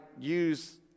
use